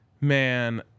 man